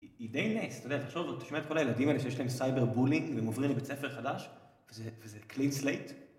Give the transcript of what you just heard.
היא די נייס, אתה יודע, תחשוב, אתה שומע את כל הילדים האלה שיש להם siber bulling, והם עוברים לבית ספר חדש, וזה... וזה clean slate.